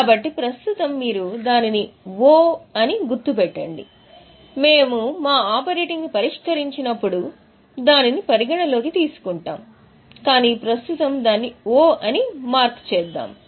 కాబట్టి ప్రస్తుతం మీరు దానిని ఓ అని గుర్తు పెట్టండి మేము మా ఆపరేటింగ్ను పరిష్కరించినప్పుడు మేము దానిని పరిగణనలోకి తీసుకుంటాము కాని ప్రస్తుతం దాన్ని 'O' అని గుర్తు చేద్దాం